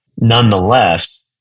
Nonetheless